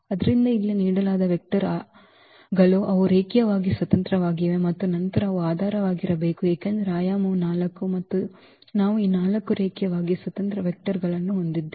ಆದ್ದರಿಂದ ಇಲ್ಲಿ ನೀಡಲಾದ ವೆಕ್ಟರ್ ಗಳು ಅವು ರೇಖೀಯವಾಗಿ ಸ್ವತಂತ್ರವಾಗಿವೆ ಮತ್ತು ನಂತರ ಅವು ಆಧಾರವಾಗಿರಬೇಕು ಏಕೆಂದರೆ ಆಯಾಮವು 4 ಮತ್ತು ನಾವು ಈ 4 ರೇಖೀಯವಾಗಿ ಸ್ವತಂತ್ರ ವೆಕ್ಟರ್ ಗಳನ್ನು ಹೊಂದಿದ್ದೇವೆ